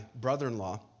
brother-in-law